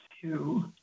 two